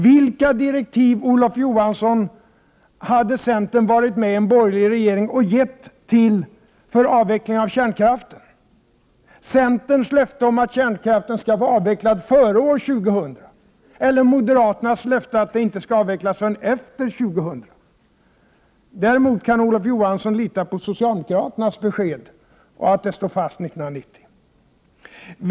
Vilka direktiv, Olof Johansson, hade centern varit med i en borgerlig regering och gett för avveckling av kärnkraften — centerns löfte om att kärnkraften skall vara avvecklad före år 2000 eller moderaternas löfte att avvecklingen inte skall påbörjas förrän efter 2000? Däremot kan Olof Johansson lita på socialdemokraternas besked att vi står fast vid att avvecklingen skall inledas 1995.